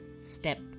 step